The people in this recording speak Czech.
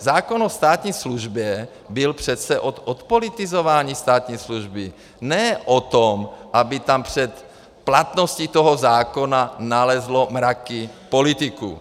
Zákon o státní službě byl přece o odpolitizování státní služby, ne o tom, aby tam před platností toho zákona nalezly mraky politiků.